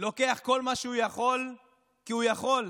לוקח כל מה שהוא יכול כי הוא יכול.